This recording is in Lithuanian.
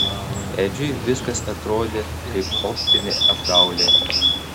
edžiui viskas atrodė kaip optinė apgaulė